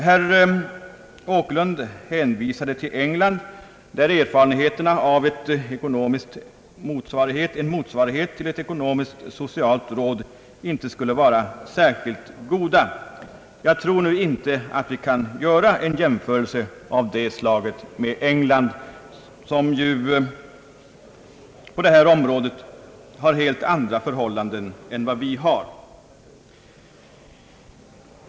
Herr Åkerlund hänvisade till England, där erfarenheterna av en motsvarighet till ett ekonomiskt-socialt råd inte skulle ha varit särskilt goda. Jag tror inte att vi kan göra en jämförelse av det slaget med England, som ju på det här området har helt andra förhållanden än vad vi har.